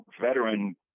veteran